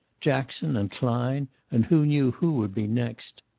jackson and klein, and who knew who would be next?